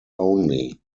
only